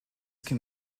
can